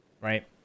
Right